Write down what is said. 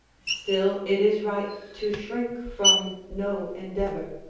still it is right to shrink from no endeavour.